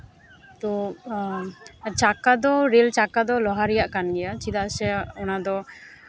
ᱪᱟᱠᱟ ᱫᱚ ᱨᱮᱹᱞ ᱪᱟᱠᱟ ᱫᱚ ᱞᱳᱦᱟ ᱨᱮᱭᱟᱜ ᱠᱟᱱ ᱜᱮᱭᱟ ᱪᱮᱫᱟᱜ ᱥᱮ ᱚᱱᱟᱫᱚ